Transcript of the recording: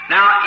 Now